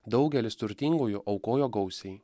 daugelis turtingųjų aukojo gausiai